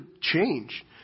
change